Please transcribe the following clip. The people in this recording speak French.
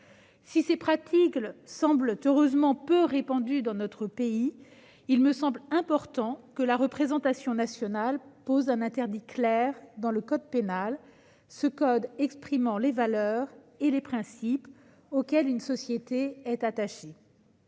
Si ces pratiques semblent, heureusement, peu répandues dans notre pays, il me semble important que la représentation nationale pose un interdit clair dans le code pénal, lequel exprime les valeurs et les principes auxquels une société est attachée.